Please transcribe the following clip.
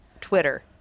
Twitter